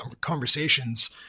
conversations